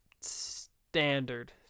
standard